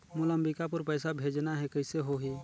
मोला अम्बिकापुर पइसा भेजना है, कइसे होही?